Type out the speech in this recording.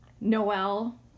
Noel